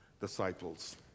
disciples